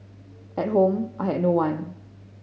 at home I had no one